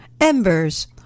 Embers